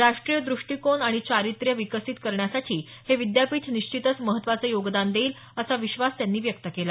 राष्ट्रीय दृष्टीकोन आणि चारित्र्य विकसीत करण्यासाठी हे विद्यापीठ निश्चितच महत्त्वाचं योगदान देईल असा विश्वास त्यांनी व्यक्त केला